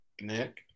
Nick